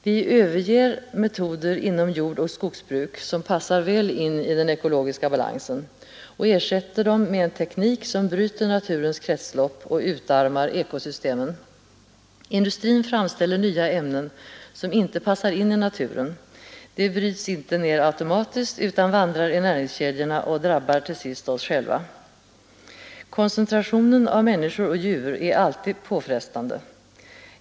Vi överger metoder inom jordoch skogsbruk som passar väl in i den ekologiska balansen och ersätter dem med en teknik som bryter naturens kretslopp och utarmar ekosystemen. Industrin framställer nya ämnen som inte passar in i naturen. De bryts inte ned automatiskt utan vandrar i näringskedjorna. Koncentrationen av människor och djur är alltid påfrestande.